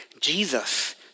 Jesus